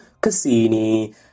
Cassini